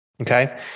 Okay